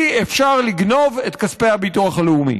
אי-אפשר לגנוב את כספי הביטוח הלאומי.